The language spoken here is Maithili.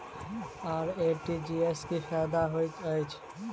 आर.टी.जी.एस सँ की फायदा होइत अछि?